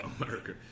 America